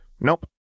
Nope